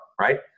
right